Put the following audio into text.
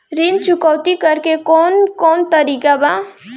ऋण चुकौती करेके कौन कोन तरीका बा?